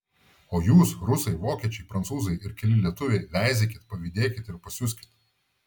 o jūs rusai vokiečiai prancūzai ir keli lietuviai veizėkit pavydėkit ir pasiuskit